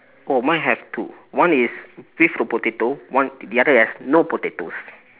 oh mine have two one is filled with potato one the other has no potatoes